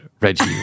Reggie